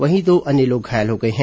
वहीं दो अन्य लोग घायल हो गए हैं